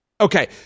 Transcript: Okay